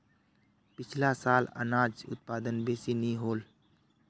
पिछला साल अनाज उत्पादन बेसि नी होल